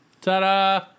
Ta-da